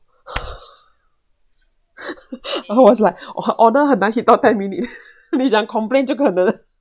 I was like wo order hen nan hit dao ten minutes ni jiang complain jiu ke neng